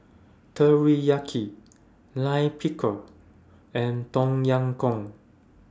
Teriyaki Lime Pickle and Tom Yam Goong